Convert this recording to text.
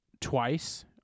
twice